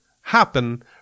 happen